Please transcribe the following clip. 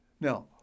Now